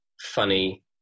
funny